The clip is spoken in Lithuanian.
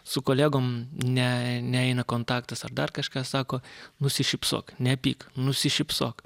su kolegom ne neina kontaktas ar dar kažką sako nusišypsok nepyk nusišypsok